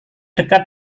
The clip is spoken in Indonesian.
dekat